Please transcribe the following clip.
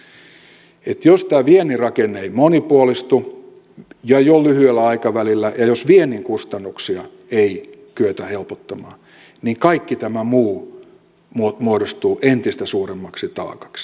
eli jos tämä viennin rakenne ei monipuolistu jo lyhyellä aikavälillä ja jos viennin kustannuksia ei kyetä helpottamaan niin kaikki tämä muu muodostuu entistä suuremmaksi taakaksi